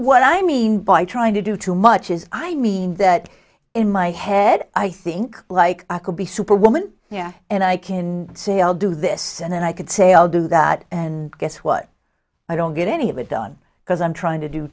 what i mean by trying to do too much is i mean that in my head i think like i could be superwoman yeah and i can say i'll do this and then i could say i'll do that and guess what i don't get any of it done because i'm trying to do